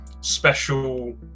special